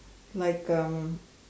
like um